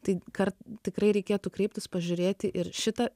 tai kart tikrai reikėtų kreiptis pažiūrėti ir šitą